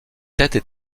têtes